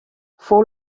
fou